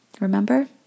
Remember